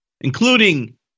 including